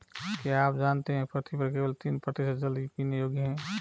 क्या आप जानते है पृथ्वी पर केवल तीन प्रतिशत जल ही पीने योग्य है?